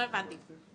לא הבנתי,